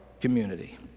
community